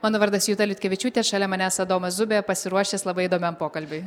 mano vardas juta liutkevičiūtė šalia manęs adomas zubė pasiruošęs labai įdomiam pokalbiui